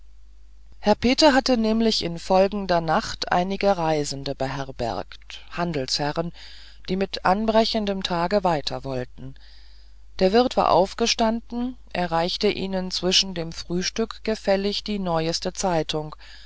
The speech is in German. herr peter hatte nämlich in folgender nacht einige reisende beherbergt handelsherren die mit anbrechendem tage weiter wollten der wirt war aufgestanden er reichte ihnen zwischen dem frühstück gefällig die neueste zeitung